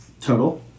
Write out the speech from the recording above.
Total